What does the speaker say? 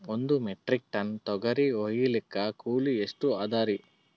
ಒಂದ್ metric ton ತೊಗರಿ ಹೋಯಿಲಿಕ್ಕ ಕೂಲಿ ಎಷ್ಟ ಅದರೀ?